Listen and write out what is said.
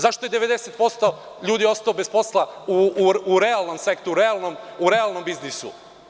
Zašto je 90% ljudi ostalo bez posla u realnom sektoru, u realnom biznisu?